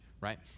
Right